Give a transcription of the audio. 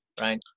right